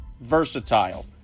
versatile